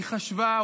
היא חשבה,